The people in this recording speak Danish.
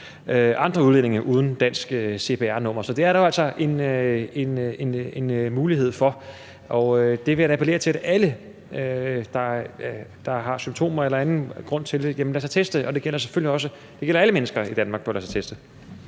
andre udlændinge uden dansk cpr-nummer, så det er der jo altså mulighed for. Jeg vil da appellere til, at alle, der har symptomer eller anden grund til det, lader sig teste, og det gælder alle mennesker i Danmark. Kl. 15:46 Fjerde